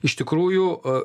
iš tikrųjų a